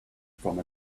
from